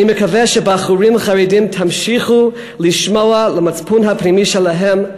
אני מקווה שבחורים חרדים ימשיכו לשמוע למצפון הפנימי שלהם,